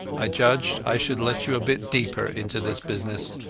ai judge i should let you a bit deeper into this business.